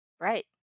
Right